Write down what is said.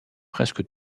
presque